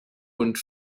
und